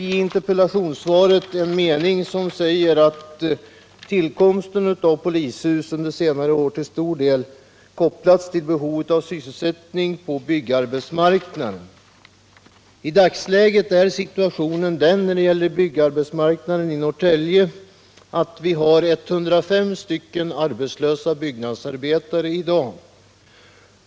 I interpellationssvaret finns en mening som lyder: ”Tillkomsten av dessa lokaler har under senare år till stor del kopplats till behovet av sysselsättning på byggarbetsmarknaden.” I dagsläget är situationen den på byggarbetsmarknaden i Norrtälje, att vi har 105 arbetslösa byggnadsarbetare.